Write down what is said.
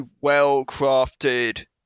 well-crafted